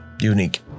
unique